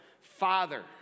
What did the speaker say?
Father